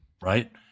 Right